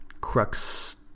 crux